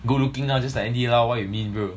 good looking lah just the andy lau what you mean bro